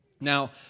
Now